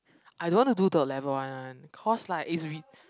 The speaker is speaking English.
I don't want to do the level one one cause like it's re~